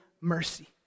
mercy